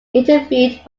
interviewed